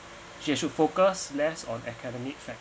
should have focused less on academic